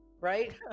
Right